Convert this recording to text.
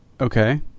okay